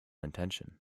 intention